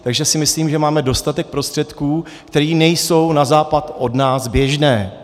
Takže si myslím, že máme dostatek prostředků, které nejsou na západ od nás běžné.